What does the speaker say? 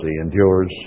endures